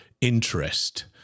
interest